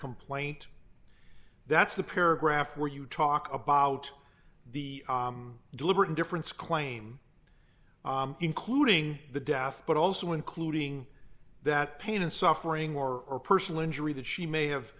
complaint that's the paragraph where you talk about the deliberate indifference claim including the death but also including that pain and suffering war or personal injury that she may have